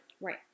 Right